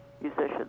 musicians